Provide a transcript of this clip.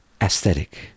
aesthetic